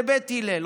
כבית הלל.